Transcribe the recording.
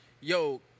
Yo